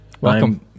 Welcome